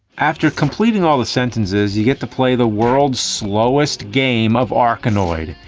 after completing all the sentences, you get to play the world's slowest game of arkanoid.